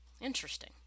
Interesting